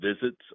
visits